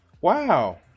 Wow